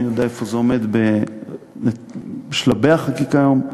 אינני יודע איפה זה עומד בשלבי החקיקה היום,